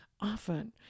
often